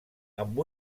amb